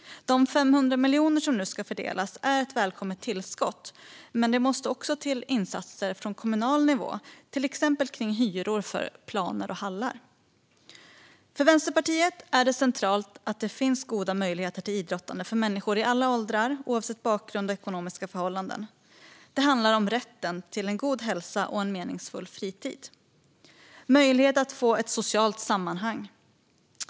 De 500 miljoner som nu ska fördelas är ett välkommet tillskott. Men det måste också till insatser från kommunal nivå för till exempel hyror för planer och hallar. För Vänsterpartiet är det centralt att det finns goda möjligheter till idrottande för människor i alla åldrar, oavsett bakgrund och ekonomiska förhållanden. Det handlar om rätten till en god hälsa och en meningsfull fritid och möjlighet att få ett socialt sammanhang.